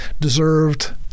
deserved